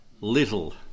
little